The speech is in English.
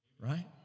right